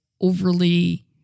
overly